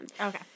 okay